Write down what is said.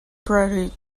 prairie